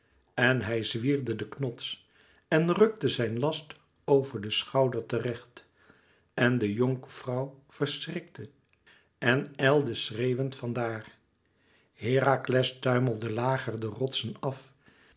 en hij zwierde den knots en rukte zijn last over den schouder te recht en de jonkvrouw verschrikte en ijlde schreeuwend van daar herakles tuimelde lager de rotsen af